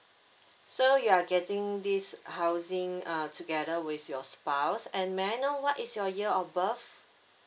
so you are getting this housing uh together with your spouse and may I know what is your year of birth